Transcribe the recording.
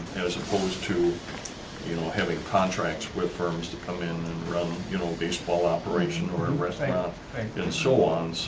as opposed to you know having contracts with firms to come in in relevant, you know baseball operation, or a and restaurant, and so on, so